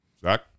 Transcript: Zach